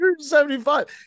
175